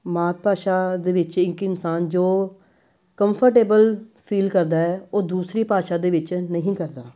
ਮਾਤ ਭਾਸ਼ਾ ਦੇ ਵਿੱਚ ਇੱਕ ਇਨਸਾਨ ਜੋ ਕੰਫਰਟੇਬਲ ਫੀਲ ਕਰਦਾ ਹੈ ਉਹ ਦੂਸਰੀ ਭਾਸ਼ਾ ਦੇ ਵਿੱਚ ਨਹੀਂ ਕਰਦਾ